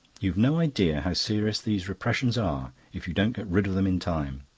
you've no idea how serious these repressions are if you don't get rid of them in time.